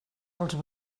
els